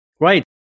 Right